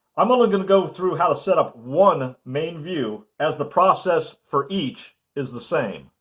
i'm only going to go through how to set up one main view, as the process for each is the same.